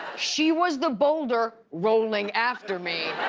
she was the boulder rolling after me,